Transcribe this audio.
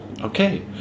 Okay